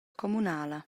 communala